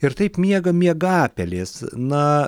ir taip miega miegapelės na